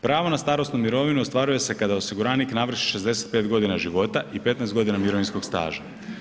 Pravo na starosnu mirovinu ostvaruje se kada osiguranik navrši 65 godina života i 15 godina mirovinskog staža.